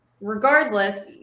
regardless